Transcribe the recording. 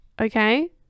Okay